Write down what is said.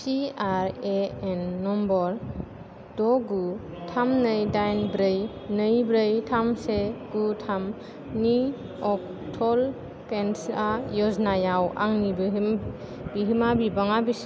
PRAN number द' गु थाम नै डाइन ब्रै नै ब्रै थाम से गु थामनि अटल पेन्सन य'जनायाव आंनि बिहोमा बिबाङा बेसे